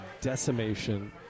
decimation